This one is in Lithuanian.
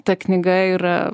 ta knyga yra